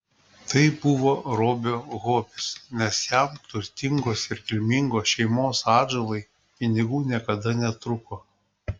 tai buvo robio hobis nes jam turtingos ir kilmingos šeimos atžalai pinigų niekada netrūko